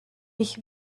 ich